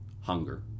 Hunger